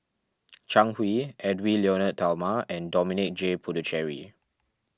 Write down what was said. Zhang Hui Edwy Lyonet Talma and Dominic J Puthucheary